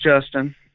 justin